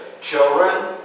children